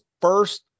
first